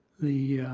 the